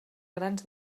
grans